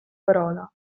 parola